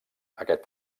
aquest